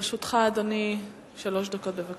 לרשותך, אדוני, שלוש דקות.